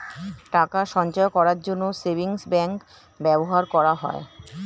টাকা সঞ্চয় করার জন্য সেভিংস ব্যাংক ব্যবহার করা হয়